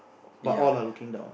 ya